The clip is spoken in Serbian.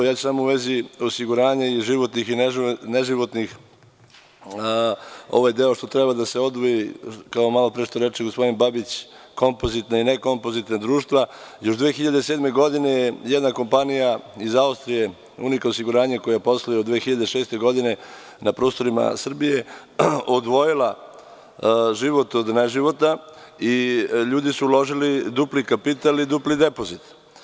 Ja ću samo u vezi osiguranja i životnih i neživotnih, ovaj deo što treba da se odvoji, kao malopre što reče gospodin Babić, kompozitna i nekompozitna društva, još 2007. godine je jedna kompanija iz Austrije „Uniko osiguranje“, koje posluje od 2006. godine na prostorima Srbije, odvojila život od neživota i ljudi su uložili dupli kapital i dupli depozit.